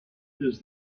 does